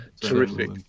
Terrific